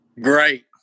Great